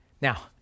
Now